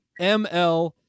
ML